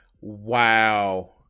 Wow